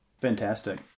Fantastic